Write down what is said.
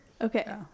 Okay